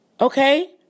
Okay